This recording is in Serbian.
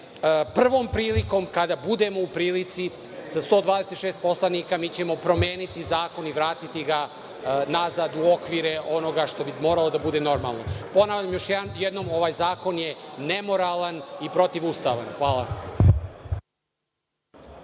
prvom prilikom kada budemo u prilici, sa 126 poslanika mi ćemo promeniti zakon i vratiti ga nazad u okvire onoga što bi moralo da bude normalno. Ponavljam još jednom, ovaj zakon je nemoralan i protivustavan. Hvala.